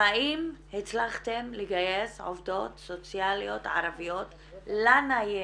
האם הצלחתם לגייס עובדות סוציאליות ערביות לניידת?